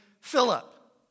Philip